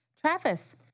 Travis